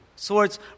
Swords